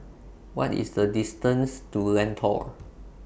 What IS The distance to Lentor